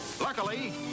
Luckily